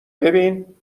ببین